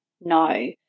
no